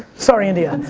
sorry india. that's